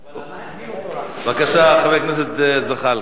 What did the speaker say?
בבקשה, חבר הכנסת זחאלקה.